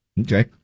Okay